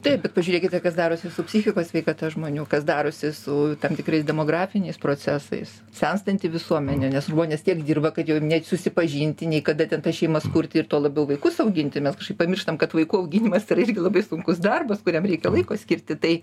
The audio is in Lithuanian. taip bet pažiūrėkite kas darosi su psichikos sveikata žmonių kas darosi su tam tikrais demografiniais procesais senstanti visuomenė nes žmonės tiek dirba kad jau net susipažinti nei kada ten tas šeimas kurti ir tuo labiau vaikus auginti mes kažkaip pamirštam kad vaikų auginimas yra irgi labai sunkus darbas kuriam reikia laiko skirti tai